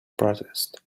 protest